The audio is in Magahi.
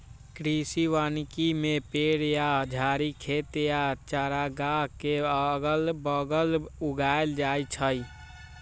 कृषि वानिकी में पेड़ या झाड़ी खेत या चारागाह के अगल बगल उगाएल जाई छई